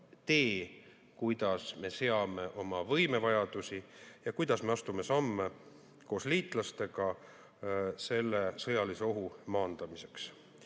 tee, kuidas me seame oma võimevajadusi ja kuidas me astume samme koos liitlastega selle sõjalise ohu maandamiseks.